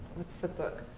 what's the book?